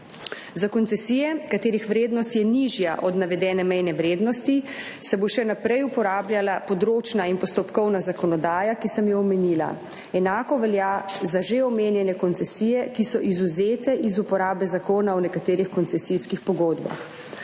Za koncesije, katerih vrednost je nižja od navedene mejne vrednosti, se bo še naprej uporabljala področna in postopkovna zakonodaja, ki sem jo omenila. Enako velja za že omenjene koncesije, ki so izvzete iz uporabe Zakona o nekaterih koncesijskih pogodbah.